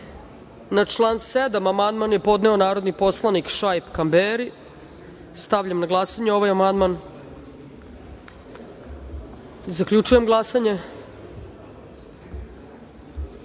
član 7. amandman je podneo narodni poslanik Šaip Kamberi. Stavljam na glasanje ovaj amandman. Zaključujem glasanje: